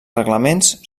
reglaments